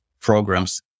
programs